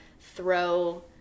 throw